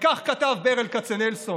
וכך כתב ברל כצנלסון: